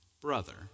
brother